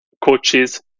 coaches